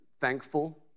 thankful